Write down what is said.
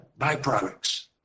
byproducts